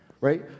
right